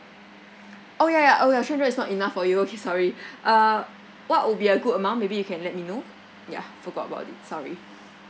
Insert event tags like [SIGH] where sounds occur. orh ya ya orh ya three hundred is not enough for you okay sorry [LAUGHS] uh what would be a good amount maybe you can let me know yeah forgot about it sorry